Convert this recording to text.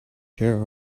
care